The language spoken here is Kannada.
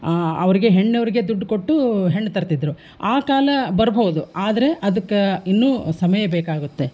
ಆ ಅವರಿಗೆ ಹೆಣ್ಣವರಿಗೆ ದುಡ್ಡು ಕೊಟ್ಟು ಹೆಣ್ಣು ತರ್ತಿದ್ದರು ಆ ಕಾಲ ಬರ್ಬಹುದು ಆದ್ರೆ ಅದಕ್ಕೆ ಇನ್ನೂ ಸಮಯ ಬೇಕಾಗುತ್ತೆ